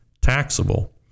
taxable